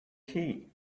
key